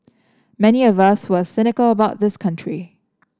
many of us who are cynical about this country